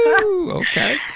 Okay